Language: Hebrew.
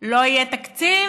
לא יהיה תקציב,